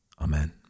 Amen